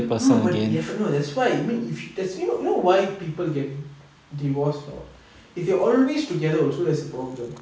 hmm but if no that's why you mean that's you know you know why people get divorced if they always together also that's the problem